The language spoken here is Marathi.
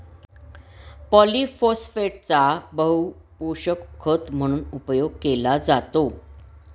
पॉलिफोस्फेटचा बहुपोषक खत म्हणून उपयोग केला जातो